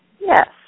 Yes